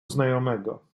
znajomego